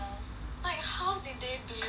like how did they do it like